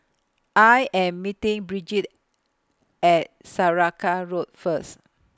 I Am meeting Brigid At Saraca Road First